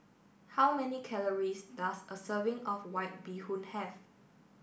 how many calories does a serving of White Bee Hoon have